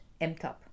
MTOP